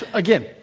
again,